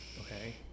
Okay